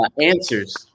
answers